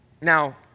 Now